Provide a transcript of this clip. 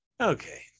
Okay